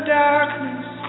darkness